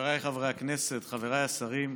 חבריי חברי הכנסת, חבריי השרים,